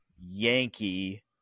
yankee